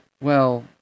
Well